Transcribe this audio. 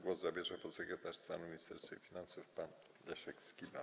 Głos zabierze podsekretarz stanu w Ministerstwie Finansów pan Leszek Skiba.